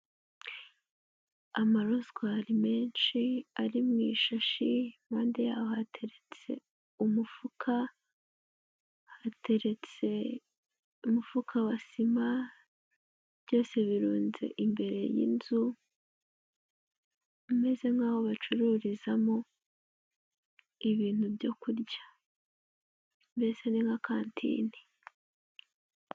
Amarozwari menshi ari mu ishashi, impande yaho hateretse umufuka, hateretse umufuka wa sima; byose birunze imbere y'inzu imeze 'nk'aho bacururizamo ibintu byo kurya; mbese ni nka kantine.